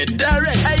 direct